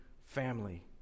family